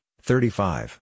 thirty-five